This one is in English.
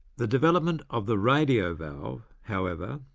the development of the radio valve, however,